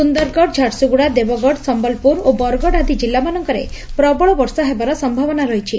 ସୁନ୍ଦରଗଡ ଝାରସୁଗୁଡା ଦେବଗଡ ସମ୍ୟଲପୁର ଓ ବରଗଡ ଆଦି ଜିଲ୍ଲାମାନଙ୍କରେ ପ୍ରବଳ ବର୍ଷା ହେବାର ସମ୍ଭାବନା ରହିଛି